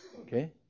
okay